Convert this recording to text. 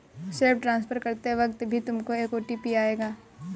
self transfer करते वक्त भी तुमको एक ओ.टी.पी आएगा